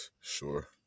Sure